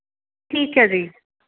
ਠੀਕ ਹੈ ਜੀ